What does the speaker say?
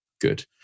good